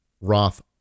Roth